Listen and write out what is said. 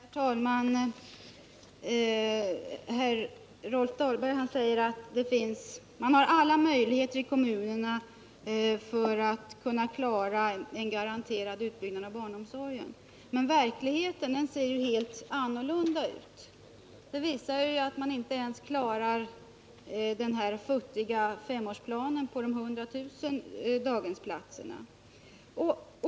Herr talman! Rolf Dahlberg säger att man har alla möjligheter i kommunerna att klara en garanterad utbyggnad av barnomsorgen. Men verkligheten ser helt annorlunda ut. Den visar att man inte ens klarar den här futtiga femårsplanen på de 100000 daghemsplatserna.